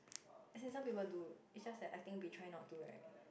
as in some people do it's just that I think we try not to right